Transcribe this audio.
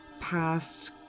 past